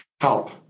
help